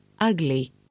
Ugly